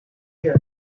year